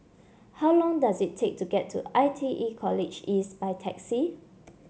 how long does it take to get to I T E College East by taxi